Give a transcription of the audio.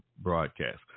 broadcast